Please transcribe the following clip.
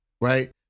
right